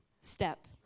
step